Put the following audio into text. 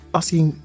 asking